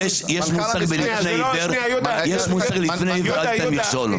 יש מושג, בפני עיוור אל תיתן מכשול.